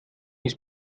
ist